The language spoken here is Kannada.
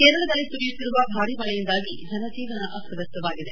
ಕೇರಳದಲ್ಲಿ ಸುರಿಯುತ್ತಿರುವ ಭಾರೀ ಮಳೆಯಿಂದಾಗಿ ಜನಜೀವನ ಅಸ್ತವ್ಯಸ್ತವಾಗಿದೆ